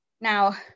now